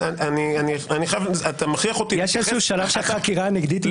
אתה מכריח אותי להתייחס --- יש איזה שלב שהחקירה הנגדית מסתיימת?